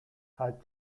had